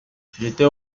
j’étais